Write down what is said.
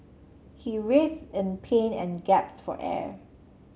he writhed in pain and gasped for air